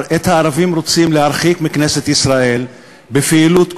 את הערבים רוצים להרחיק מכנסת ישראל בפעילות קונסיסטנטית,